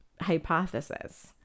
hypothesis